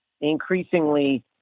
increasingly